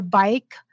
bike